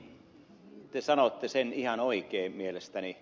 soini te sanotte sen ihan oikein mielestäni